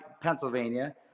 Pennsylvania